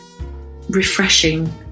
refreshing